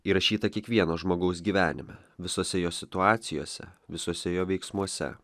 įrašytą kiekvieno žmogaus gyvenime visose jo situacijose visuose jo veiksmuose